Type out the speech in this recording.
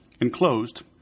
Enclosed